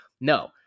No